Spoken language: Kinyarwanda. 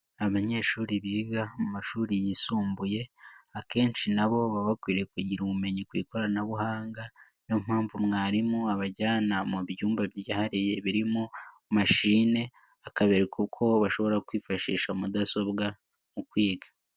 Abanyeshuri biga mu mashuri yisumbuye akenshi na bo baba bakwiriye kugira ubumenyi ku ikoranabuhanga, ni yo mpamvu mwarimu abajyanama mu byumba byihariye birimo mashine akabereka uko bashobora kwifashisha mudasobwa mu kwiga.